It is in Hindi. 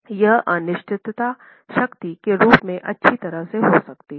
यह अनिश्चितता शक्ति के रूप में अच्छी तरह से हो सकती है